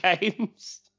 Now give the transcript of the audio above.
games